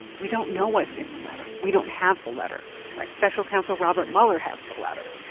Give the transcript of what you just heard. we don't know what's in the letter. we don't have the letter right special counsel robert mueller has the letter.